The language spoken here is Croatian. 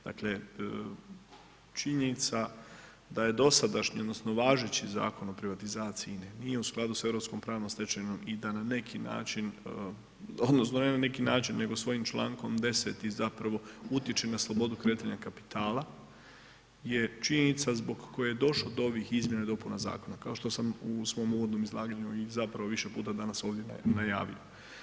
Dakle, činjenica da je dosadašnji odnosno važeći Zakon o privatizaciji INA-e, nije u skladu sa europskom pravnom stečevinom, i da na neki način, odnosno ne na neki način, nego svojim člankom 10., i zapravo utječe na slobodu kretanja kapitala, je činjenica zbog koje je došlo do ovih izmjena i dopuna Zakona, kao što sam u svoj uvodnom izlaganju i zapravo više puta danas ovdje najavio.